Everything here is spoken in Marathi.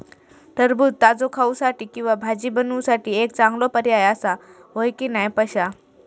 टरबूज ताजो खाऊसाठी किंवा भाजी बनवूसाठी एक चांगलो पर्याय आसा, होय की नाय पश्या?